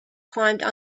climbed